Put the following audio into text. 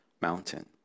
mountain